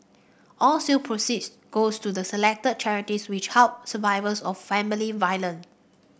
all sale proceeds go to selected charities which help survivors of family violent